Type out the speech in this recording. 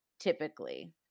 typically